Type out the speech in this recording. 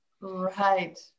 Right